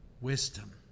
Wisdom